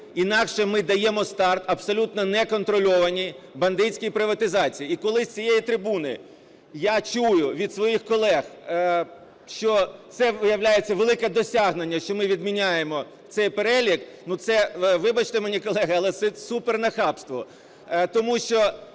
Інакше ми даємо старт абсолютно неконтрольованій бандитській приватизації. І коли з цієї трибуни я чую від своїх колег, що це, виявляється, велике досягнення, що ми відміняємо цей перелік. Ну, це, вибачте мені колеги, але це супернахабство, тому що